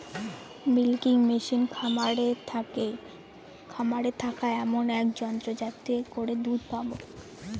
milking machine খামারে থাকা এমন এক যন্ত্র যাতে করে দুধ পাবো